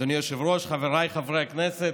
וקבוצת חברי הכנסת.